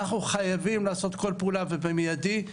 אנחנו חייבים לעשות כל פעולה ובמיידי.